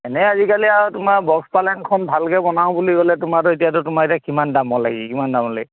এনেই আজিকালি আৰু তোমাৰ বক্স পালেঙখন ভালকৈ বনাওঁ বুলি ক'লে তোমাৰতো এতিয়াতো তোমাৰ এতিয়া কিমান দামৰ লাগি কিমান দাম লাগে